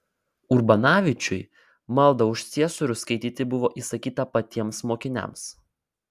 urbanavičiui maldą už ciesorių skaityti buvo įsakyta patiems mokiniams